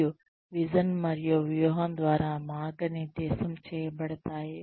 మరియు విజన్ మరియు వ్యూహం ద్వారా మార్గనిర్దేశం చేయబడతాయి